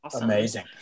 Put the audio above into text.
Amazing